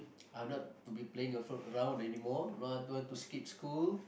I'm not to be playing a fool around anymore no I don't want to skip school